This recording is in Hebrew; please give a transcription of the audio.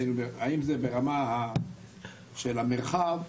האם זה ברמה של המרחב,